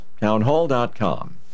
townhall.com